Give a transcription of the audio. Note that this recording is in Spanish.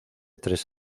tres